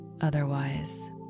otherwise